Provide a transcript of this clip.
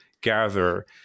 gather